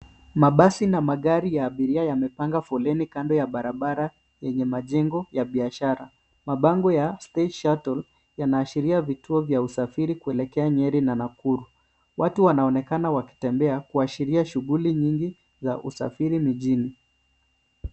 Mabasi na magari ya abiria yamepanga foleni kando ya barabara yenye majengo ya biashara. Mabango ya stage shuttle yanaashiria vituo vya usafiri kuelekea Nyeri na Nakuru. Watu wanaonekana wakitembea, kuashiria shughuli nyingi za usafiri mijini.